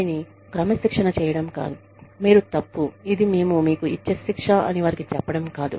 వారిని క్రమశిక్షణ చేయడం కాదు మీరు తప్పు ఇది మేము మీకు ఇచ్చే శిక్ష అని వారికి చెప్పడం కాదు